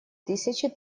тысячи